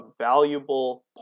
valuable